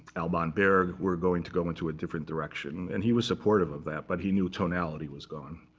alban berg, were going to go into a different direction. and he was supportive of that. but he knew tonality was gone.